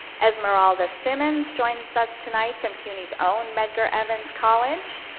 esmeralda simmons joins us tonight from cuny's own medgar evers college.